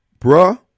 bruh